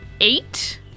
Eight